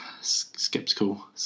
Skeptical